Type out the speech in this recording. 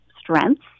strengths